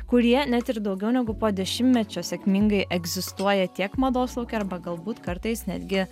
kurie net ir daugiau negu po dešimtmečio sėkmingai egzistuoja tiek mados lauke arba galbūt kartais netgi